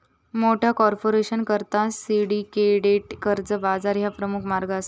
मोठ्या कॉर्पोरेशनकरता सिंडिकेटेड कर्जा बाजार ह्या प्रमुख मार्ग असा